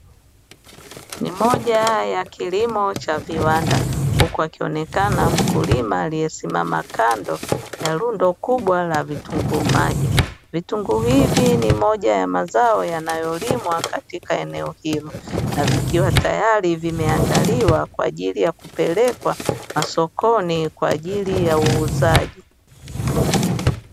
Ni moja ya kilimo cha viwanda, huku akionekana mkulima aliyesimama kando ya rundo kubwa la vitungu maji. Vitungu hivi, ni moja ya mazao yanayolimwa katika eneo hilo, na vikiwa tayari vimeandaliwa kwa ajili ya kupelekwa masokoni kwa ajili ya uuzaji.